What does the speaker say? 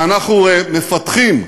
ואנחנו מפתחים,